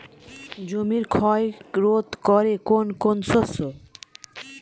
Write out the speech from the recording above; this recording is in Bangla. জমির ক্ষয় রোধ করে কোন কোন শস্য?